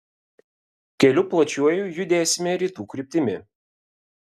keliu plačiuoju judėsime rytų kryptimi